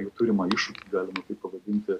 jų turimą iššūkį galima pavadinti